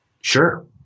Sure